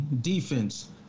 defense